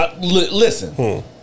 Listen